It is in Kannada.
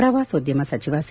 ಪ್ರವಾಸೋದ್ಯಮ ಸಚಿವ ಸಿ